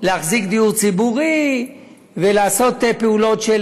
להחזיק דיור ציבורי ולעשות פעולות של,